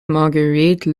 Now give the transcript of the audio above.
marguerite